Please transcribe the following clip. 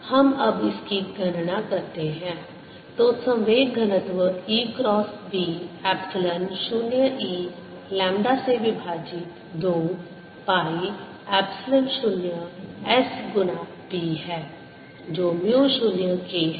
तो हम अब इसकी गणना करते हैं तो संवेग घनत्व E cross B epsilon 0 E lambda से विभाजित 2 पाई एप्सिलॉन 0 S गुना B है जो म्यू 0 K है